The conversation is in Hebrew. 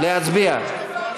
להצביע.